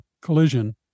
collision